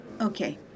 okay